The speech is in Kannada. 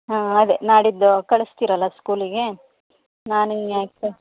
ಹಾಂ ಅದೆ ನಾಡಿದ್ದು ಕಳಿಸ್ತೀರಲ್ಲ ಸ್ಕೂಲಿಗೆ ನಾನು ಇನ್ನು ಯಾಕೆ